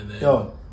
Yo